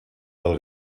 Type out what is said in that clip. del